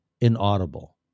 inaudible